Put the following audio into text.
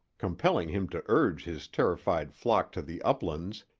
compelling him to urge his terrified flock to the uplands,